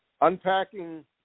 unpacking